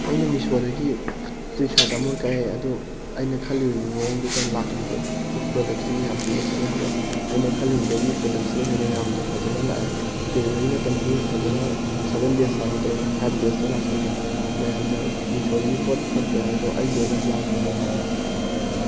ꯑꯩꯅ ꯃꯤꯁꯣꯗꯒꯤ T shirt ꯑꯃ ꯀꯛꯑꯦ ꯑꯗꯨ ꯑꯩꯅ ꯈꯜꯂꯨꯔꯤꯕ ꯃꯑꯣꯡꯗꯨꯒ ꯂꯥꯛꯂꯤꯕ ꯄ꯭ꯔꯗꯛꯁꯤꯒ ꯌꯥꯝ ꯊꯤꯅ ꯈꯦꯠꯅꯈ꯭ꯔꯦ ꯑꯩꯅ ꯈꯜꯂꯨꯕꯗꯒꯤ ꯄ꯭ꯔꯗꯛꯁꯤꯅ ꯍꯦꯟꯅ ꯌꯥꯝꯅ ꯐꯖꯅ ꯂꯥꯛꯑꯦ ꯗꯦꯂꯤꯕꯔꯤ ꯃꯇꯝꯁꯨ ꯐꯖꯅ ꯁꯕꯦꯟ ꯗꯦꯖ ꯍꯥꯏꯕꯗꯣ ꯐꯥꯏꯕ ꯗꯦꯖꯇ ꯂꯥꯛꯁꯜꯂꯦ ꯃꯌꯥꯝꯅ ꯃꯤꯁꯣꯗꯒꯤ ꯄꯣꯠ ꯐꯠꯇꯦ ꯍꯥꯏꯗꯣ ꯑꯩꯒꯤ ꯑꯣꯏꯅꯗꯤ ꯌꯥꯝ ꯐꯅ ꯂꯥꯛꯑꯦ